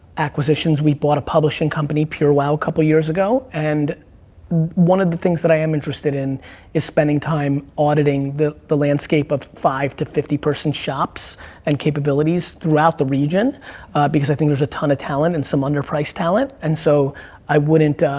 acquisitions, we bought a publishing company, purewow, a couple of years ago, and one of the things that i am interested in is spending time auditing the the landscape of five to fifty person shops and capabilities throughout the region because i think there's a ton of talent, and some under-priced talent. and so i wouldn't,